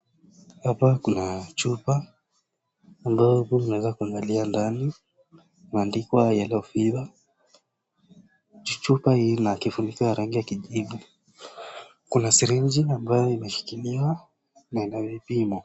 Hapa kuna chupa ambayo tunaweza kuiangalia ndani. Maandiko haya ya, Yellow Fever . Chupa hii ina kifuniko ya rangi ya kijivu. Kuna syringe ambayo imeshikiliwa na ina vipimo.